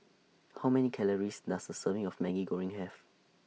How Many Calories Does A Serving of Maggi Goreng Have